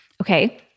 Okay